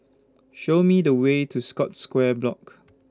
Show Me The Way to Scotts Square Block